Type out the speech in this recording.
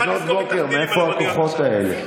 לפנות בוקר, מאיפה הכוחות האלה?